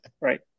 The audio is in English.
Right